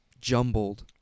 jumbled